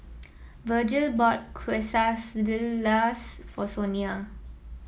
Vergil bought Quesadillas for Sonia